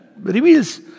reveals